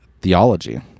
theology